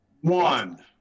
One